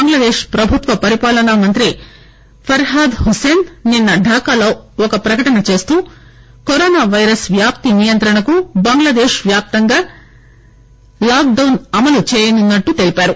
బంగ్లాదేశ్ ప్రభుత్వ పరిపాలన మంత్రి ఫర్హద్ హుస్పేన్ నిన్న ఢాకాలో ఒక ప్రకటన చేస్తూ కరోనా పైరస్ వ్యాప్తి నియంత్రణకు బంగ్లాదేశ్ వ్యాప్తంగా లాక్ డౌస్ అమలు చేయనున్నట్లు తెలిపారు